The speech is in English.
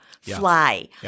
Fly